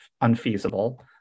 unfeasible